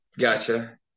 Gotcha